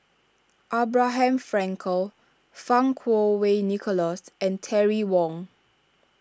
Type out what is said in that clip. Abraham Frankel Fang Kuo Wei Nicholas and Terry Wong